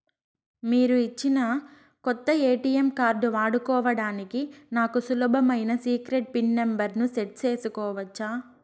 మీరిచ్చిన కొత్త ATM card వాడుకోవడానికి నాకు సులభమైన సీక్రెట్ పిన్ నెంబర్ ను సెట్ సేసుకోవచ్చా?